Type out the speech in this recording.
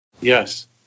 Yes